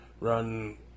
run